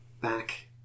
back